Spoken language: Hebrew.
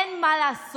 אין מה לעשות,